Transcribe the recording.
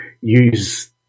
use